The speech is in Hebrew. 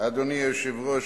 אדוני היושב-ראש,